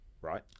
right